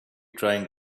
trying